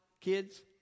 Kids